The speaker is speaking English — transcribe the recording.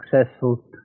successful